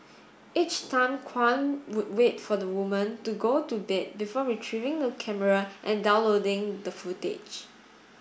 each time Kwan would wait for the woman to go to bed before retrieving the camera and downloading the footage